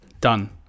Done